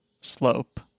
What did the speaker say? slope